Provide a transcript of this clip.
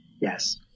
Yes